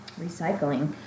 Recycling